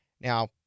Now